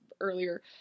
earlier